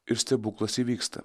ir stebuklas įvyksta